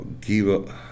give